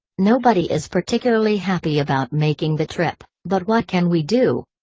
nobody is particularly happy about making the trip, but what can we do?